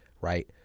right